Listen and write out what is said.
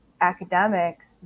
academics